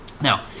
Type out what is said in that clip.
Now